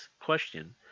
question